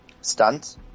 stunt